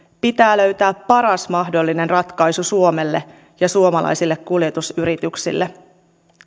pitää löytää paras mahdollinen ratkaisu suomelle ja suomalaisille kuljetusyrityksille